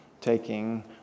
taking